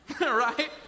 Right